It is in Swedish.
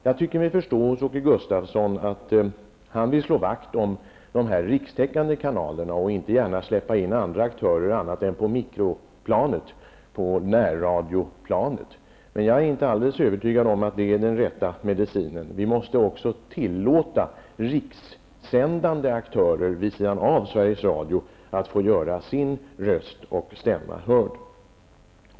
Jag tycker mig förstå att Åke Gustavsson vill slå vakt om de rikstäckande kanalerna och inte gärna släppa in andra aktörer annat än på mikroplanet, på närradioplanet. Jag är inte alldeles övertygad om att det är den rätta medicinen. Vi måste också tillåta rikssändande aktörer vid sidan av Sveriges Radio att få göra sin stämma hörd.